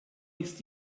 ist